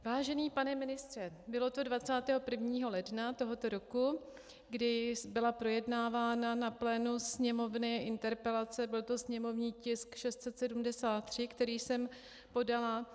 Vážený pane ministře, bylo to 21. ledna tohoto roku, kdy byla projednávána na plénu Sněmovny interpelace, byl to sněmovní tisk 673, který jsem podala.